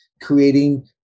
creating